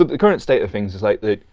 ah the current state of things is like that,